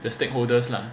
the stakeholders lah